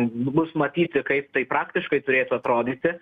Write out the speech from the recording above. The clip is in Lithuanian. bus matyti kaip tai praktiškai turėtų atrodyti